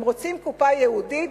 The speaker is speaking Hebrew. אם רוצים קופה ייעודית,